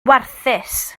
warthus